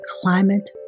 climate